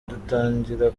dutangira